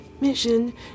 mission